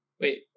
Wait